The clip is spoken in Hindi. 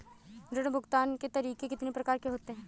ऋण भुगतान के तरीके कितनी प्रकार के होते हैं?